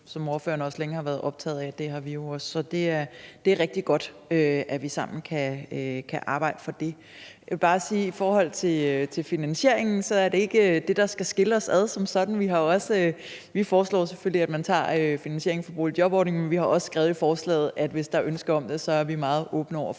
som ordføreren også længe har været optaget af – det har vi jo også. Så det er rigtig godt, at vi sammen kan arbejde for det. Jeg vil bare sige i forhold til finansieringen, at det ikke er det, der som sådan skal skille os ad. Vi foreslår selvfølgelig, at man tager finansieringen fra boligjobordningen, men vi har også skrevet i forslaget, at hvis der er ønske om det, er vi meget åbne over for at